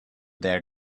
their